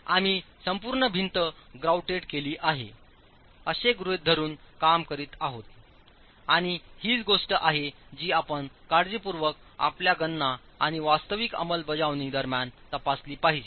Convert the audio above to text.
आम्ही संपूर्ण भिंत ग्राउटेड केली आहे असे गृहित धरून काम करीत आहोत आणि हीच गोष्ट आहे जी आपण काळजीपूर्वक आपल्या गणना आणि वास्तविक अंमलबजावणी दरम्यान तपासली पाहिजे